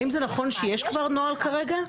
האם זה נכון שיש כבר נוהל כרגע?